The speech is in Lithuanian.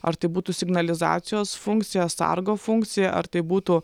ar tai būtų signalizacijos funkcijos sargo funkcija ar tai būtų